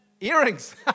Earrings